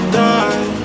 die